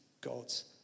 God's